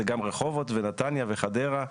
זה גם רחובות ונתניה וחדרה.